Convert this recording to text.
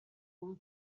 ubu